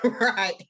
Right